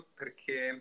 perché